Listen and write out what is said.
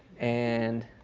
and